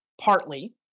partly